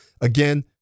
Again